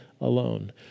alone